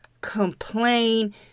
complain